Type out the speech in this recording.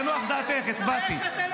תנוח דעתך, הצבעתי.